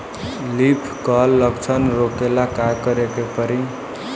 Leaf curl लक्षण रोकेला का करे के परी?